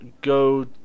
go